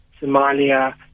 Somalia